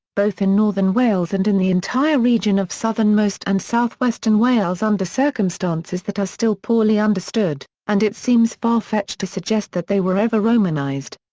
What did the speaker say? both in northern wales and in the entire region of southernmost and southwestern wales under circumstances that are still poorly understood, and it seems far-fetched to suggest that they were ever romanised.